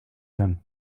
him